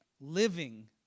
living